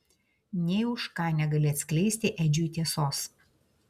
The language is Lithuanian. nė už ką negali atskleisti edžiui tiesos